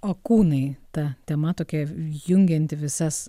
o kūnai ta tema tokia jungianti visas